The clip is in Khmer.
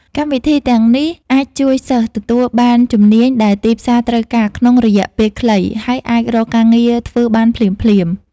កម្មវិធីទាំងនេះអាចជួយសិស្សទទួលបានជំនាញដែលទីផ្សារត្រូវការក្នុងរយៈពេលខ្លីហើយអាចរកការងារធ្វើបានភ្លាមៗ។